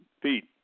Pete